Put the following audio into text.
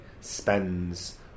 spends